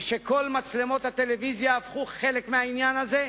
וכל מצלמות הטלוויזיה הפכו חלק מהעניין הזה.